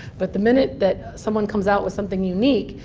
but the minute that someone comes out with something unique,